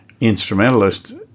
instrumentalist